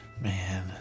Man